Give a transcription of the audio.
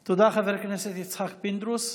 תודה, חבר הכנסת יצחק פינדרוס.